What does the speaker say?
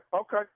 okay